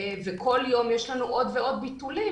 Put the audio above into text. וכל יום יש לנו עוד ועוד ביטולים,